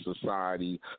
society